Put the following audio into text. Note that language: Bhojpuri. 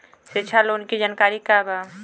शिक्षा लोन के जानकारी का बा?